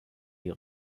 die